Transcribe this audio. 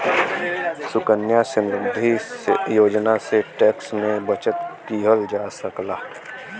सुकन्या समृद्धि योजना से टैक्स में बचत किहल जा सकला